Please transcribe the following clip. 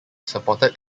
supported